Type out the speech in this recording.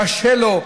שקשה לו,